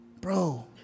bro